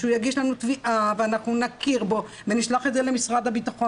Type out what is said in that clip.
שהוא יגיש לנו תביעה ואנחנו נכיר בו ונשלח את זה למשרד הבטחון